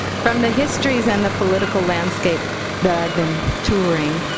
from the histories and the political landscape that i've been touring,